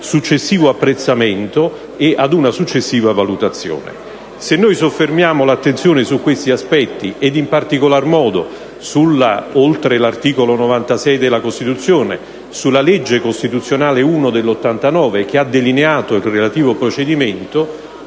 successivo apprezzamento e ad una successiva valutazione. Se soffermiamo l'attenzione su questi aspetti e, in particolar modo, oltre che sull'articolo 96 della Costituzione, sulla legge costituzionale n. 1 del 1989, che ha delineato il relativo procedimento,